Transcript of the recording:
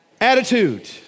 Attitude